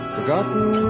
Forgotten